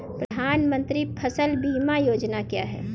प्रधानमंत्री फसल बीमा योजना क्या है?